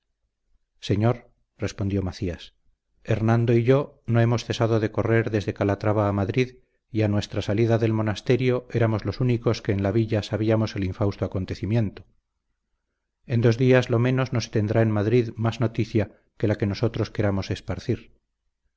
señor respondió macías hernando y yo no hemos cesado de correr desde calatrava a madrid y a nuestra salida del monasterio éramos los únicos que en la villa sabíamos el infausto acontecimiento en dos días lo menos no se tendrá en madrid más noticia que la que nosotros queramos esparcir